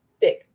Big